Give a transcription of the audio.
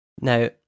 Now